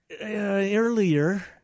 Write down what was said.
earlier